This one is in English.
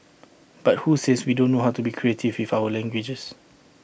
but who says we don't know how to be creative with our languages